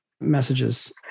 messages